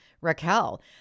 Raquel